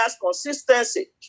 consistency